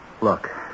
Look